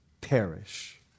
perish